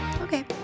Okay